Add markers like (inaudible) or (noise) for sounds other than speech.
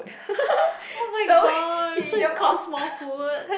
(breath) oh my god so it's called Small Foot